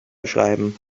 schreiben